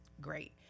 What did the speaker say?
great